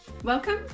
Welcome